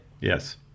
Yes